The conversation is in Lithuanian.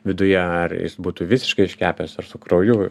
viduje ar jis būtų visiškai iškepęs ar su krauju